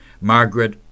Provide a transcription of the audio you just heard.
Margaret